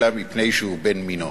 אלא מפני שהוא בן מינו.